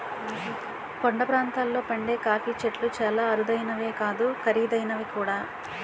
కొండ ప్రాంతాల్లో పండే కాఫీ చెట్లు చాలా అరుదైనవే కాదు ఖరీదైనవి కూడా